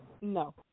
No